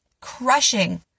crushing